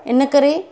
इनकरे